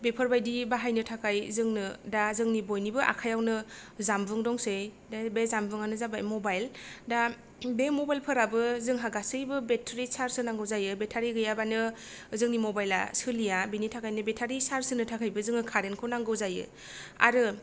बेफोर बायदि बाहायनो थाखाय जोंनो दा जोंनि बयनिबो आखायावनो दा जानबुं दंसै बे जानबुंआनो जाबाय मबाइल दा बे मबाइल फोराबो जोंहा गासैबो बेटारि चार्स होनांगौ जायो बेटारि गैयाब्लानो जोंनि मबाइला सोलिया बेनि थाखायनो बेटारि चार्स होनो थाखायबो जोङो कारेन्टखौ नांगौ जायो आरो